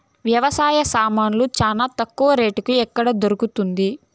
వ్యవసాయ సామాన్లు చానా తక్కువ రేటుకి ఎక్కడ దొరుకుతుంది?